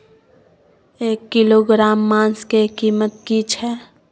एक किलोग्राम मांस के कीमत की छै?